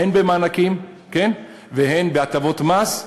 הן במענקים והן בהטבות מס,